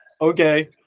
Okay